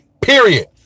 period